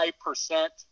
percent